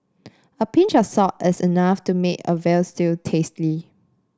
a pinch of salt is enough to make a veal stew tasty